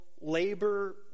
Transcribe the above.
labor